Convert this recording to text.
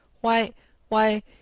why-why